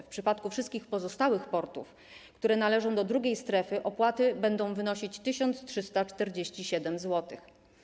W przypadku wszystkich pozostałych portów, które należą do drugiej strefy, opłaty będą wynosić 1347 zł.